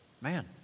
Man